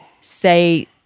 say